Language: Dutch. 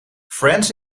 friends